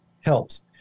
helps